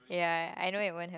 ya I know it won't happen